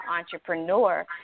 entrepreneur